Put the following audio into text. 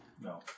No